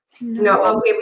No